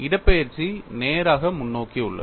இடப்பெயர்ச்சி நேராக முன்னோக்கி உள்ளது